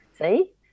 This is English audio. see